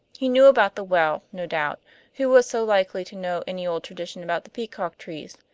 he knew about the well, no doubt who was so likely to know any old traditions about the peacock trees?